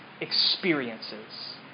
experiences